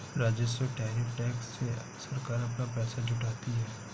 राजस्व tariff tax से सरकार अपना पैसा जुटाती है